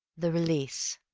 the release